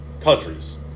countries